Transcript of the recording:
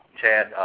Chad